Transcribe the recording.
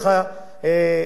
סגן השר איציק כהן,